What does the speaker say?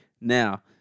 now